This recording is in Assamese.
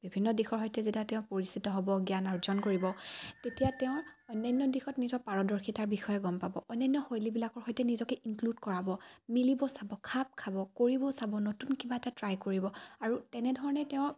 বিভিন্ন দিশৰ সৈতে যেতিয়া তেওঁ পৰিচিত হ'ব জ্ঞান অৰ্জন কৰিব তেতিয়া তেওঁৰ অন্যান্য দিশত নিজৰ পাৰদৰ্শিতাৰ বিষয়ে গম পাব অন্যান্য শৈলীবিলাকৰ সৈতে নিজকে ইনক্লুড কৰাব মিলিব চাব খাপ খাব কৰিব চাব নতুন কিবা এটা ট্ৰাই কৰিব আৰু তেনেধৰণে তেওঁ